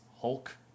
Hulk